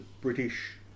British